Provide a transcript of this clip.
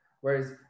whereas